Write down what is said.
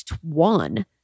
one